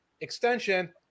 extension